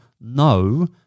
no